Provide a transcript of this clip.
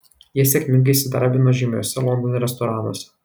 jie sėkmingai įsidarbino žymiuose londono restoranuose